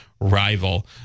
rival